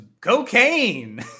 cocaine